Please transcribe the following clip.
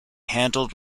handled